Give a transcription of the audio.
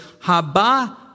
Haba